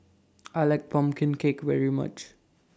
I like Pumpkin Cake very much